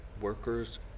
workers